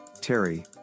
Terry